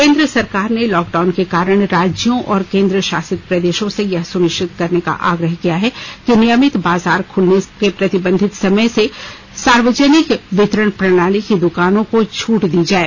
केंद्र सरकार ने लॉकडाउन के कारण राज्यों और केन्द्रशासित प्रदेशों से यह सुनिश्चित करने का आग्रह किया है कि नियमित बाजार खुलने के प्रतिबंधित समय से सार्वजनिक वितरण प्रणाली की दुकानों को छूट दी जाए